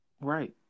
Right